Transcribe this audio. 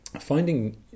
finding